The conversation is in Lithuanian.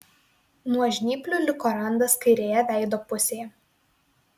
nuo žnyplių liko randas kairėje veido pusėje